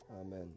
Amen